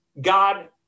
God